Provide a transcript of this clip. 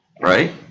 right